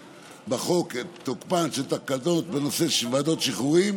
בחוק את תוקפן של התקנות בנושא של ועדות שחרורים